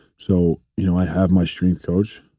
so you know i have my strength coach.